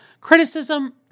Criticism